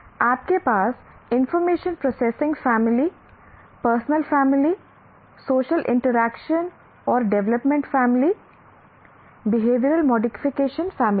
आपके पास information processing family personal family social interaction development family social interactiondevelopment family और behavioural modification family है